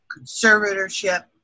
conservatorship